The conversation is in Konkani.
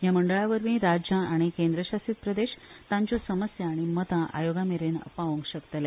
ह्या मंडळावरवी राज्यां आनी केंद्र शासीत प्रदेश तांच्यो समस्या आनी मतां आयोगा मेरेन पावोंक शकतले